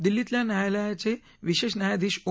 दिल्लीतल्या न्यायालयाचे विशेष न्यायाधीश ओ